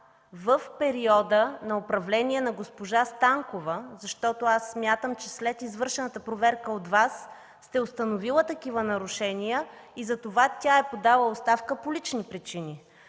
в периода на управление на госпожа Станкова. Аз смятам, че след извършената проверка от Вас сте установили такива нарушения и затова тя е подала оставка по лични причини.